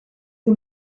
who